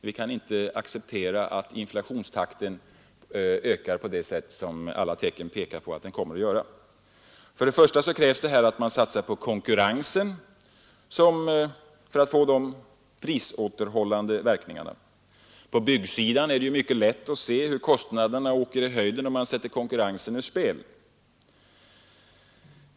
Vi kan inte acceptera att inflationstakten ökar på det sätt som alla tecken tyder på. Först krävs det att man satsar på konkurrensen, för att få de prisåterhållande verkningarna. På byggsidan är det mycket lätt att se hur kostnaderna åker i höjden om man sätter konkurrensen ur spel.